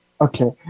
Okay